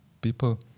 people